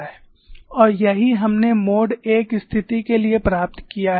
और यही हमने मोड I स्थिति के लिए प्राप्त किया है